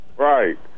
right